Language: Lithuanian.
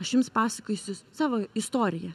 aš jums pasakosiu savo istoriją